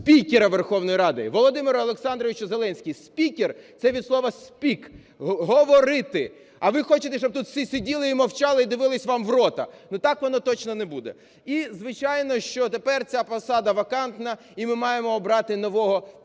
спікера Верховної Ради. Володимир Олександрович Зеленський, спікер – це від слова speak (говорити). А ви хочете, щоб тут всі сиділи і мовчали, і дивились вам в рота. Ну, так воно точно не буде. І звичайно, що тепер ця посада вакантна, і ми маємо обрати нового Голову.